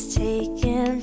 taken